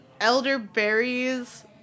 elderberries